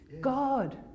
God